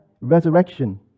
resurrection